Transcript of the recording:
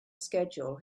schedule